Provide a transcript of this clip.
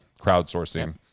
crowdsourcing